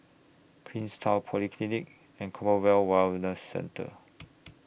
Queenstown Polyclinic and Community Wellness Centre